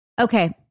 Okay